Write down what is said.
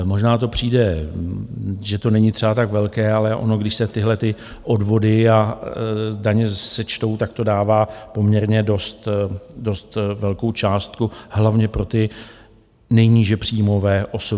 Možná to přijde, že to není třeba tak velké, ale ono když se tyhlety odvody a daně sečtou, tak to dává poměrně dost velkou částku, hlavně pro ty nejníže příjmové OSVČ.